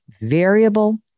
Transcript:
variable